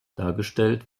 dargestellt